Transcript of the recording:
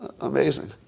Amazing